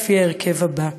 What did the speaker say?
בהרכב שלהלן: